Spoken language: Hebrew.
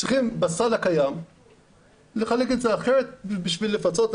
בסל הקיים צריכים לחלק את זה אחרת כדי לפצות,